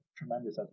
tremendous